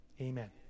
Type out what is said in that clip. amen